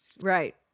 Right